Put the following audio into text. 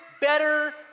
better